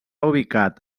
ubicat